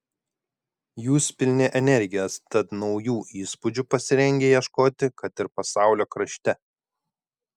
jūs pilni energijos tad naujų įspūdžių pasirengę ieškoti kad ir pasaulio krašte